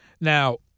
now